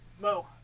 Mo